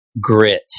grit